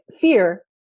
fear